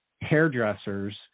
hairdressers